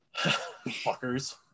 fuckers